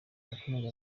yakomeje